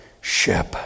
ship